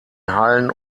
hallen